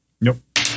nope